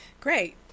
Great